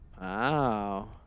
Wow